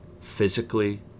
physically